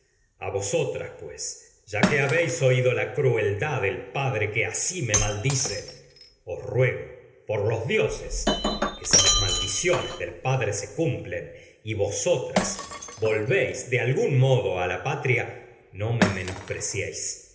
a vosotras que pues me ya que habéis os crueldad padre si asi maldice del x'uego por los y dioses que las maldiciones padre la se cumplen no me vosotras vol véis de sino algún modo y a patria mis